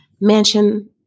mansion